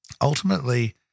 Ultimately